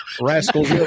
rascals